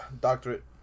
Doctorate